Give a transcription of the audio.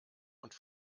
und